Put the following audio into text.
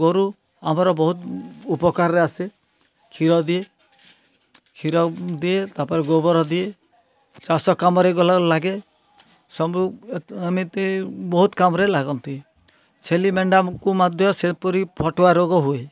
ଗୋରୁ ଆମର ବହୁତ ଉପକାରରେ ଆସେ କ୍ଷୀର ଦିଏ କ୍ଷୀର ଦିଏ ତାପରେ ଗୋବର ଦିଏ ଚାଷ କାମରେ ଗଲା ଲାଗେ ସବୁ ଏମିତି ବହୁତ କାମରେ ଲାଗନ୍ତି ଛେଲି ମେଣ୍ଢାକୁ ମଧ୍ୟ ସେପରି ଫାଟୁଆ ରୋଗ ହୁଏ